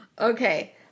Okay